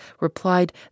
replied